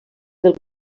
del